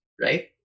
right